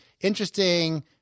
interesting